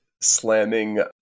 slamming